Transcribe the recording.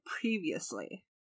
previously